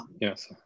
Yes